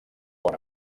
bona